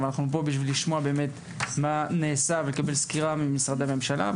אבל אנחנו נמצאים פה בשביל לשמוע מה נעשה וכדי לקבל סקירה ממשרדי ממשלה.